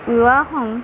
వివాహం